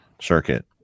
circuit